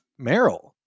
Meryl